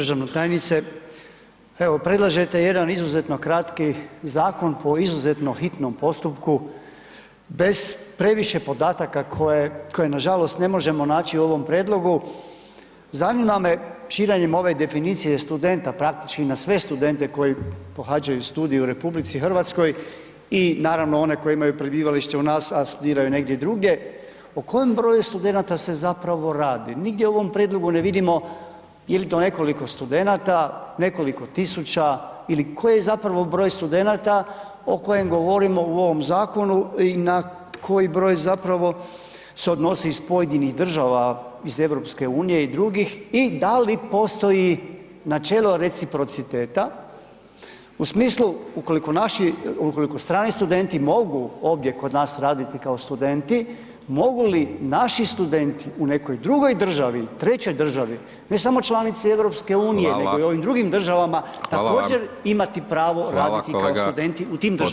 Poštovana državna tajnice, evo predlažete jedan izuzetno kratki zakon po izuzetno hitnom postupku bez previše podataka koje, koje nažalost ne možemo naći u ovom prijedlogu, zanima me … [[Govornik se ne razumije]] ove definicije studenta, praktički na sve studente koji pohađaju studij u RH i naravno one koji imaju prebivalište u nas, a studiraju negdje drugdje, o kojem broju studenata se zapravo radi, nigdje u ovom prijedlogu ne vidimo je li to nekoliko studenata, nekoliko tisuća ili koji je zapravo broj studenata o kojem govorimo u ovom zakonu i na koji broj zapravo se odnosi iz pojedinih država iz EU i drugih i da li postoji načelo reciprociteta u smislu ukoliko naši, ukoliko strani studenti mogu ovdje kod nas raditi kao studenti, mogu li naši studenti u nekoj drugoj državi, trećoj državi, ne samo članice EU [[Upadica: Hvala]] nego i u ovim drugim državama [[Upadica: Hvala vam]] također imati pravo [[Upadica: Hvala kolega…]] raditi kao studenti u tim državama.